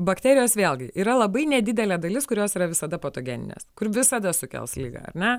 bakterijos vėlgi yra labai nedidelė dalis kurios yra visada patogeninės kur visada sukels ligą ar ne